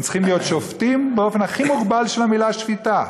הם צריכים להיות שופטים באופן הכי מוגבל של המילה שפיטה.